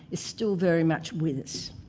is still very much with us.